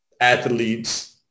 athletes